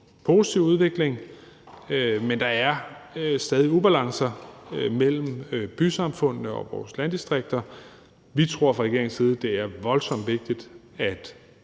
positiv udvikling, men at der stadig er ubalancer mellem bysamfundene og vores landdistrikter. Vi tror fra regeringens side, det er voldsomt vigtigt, at